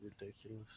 ridiculous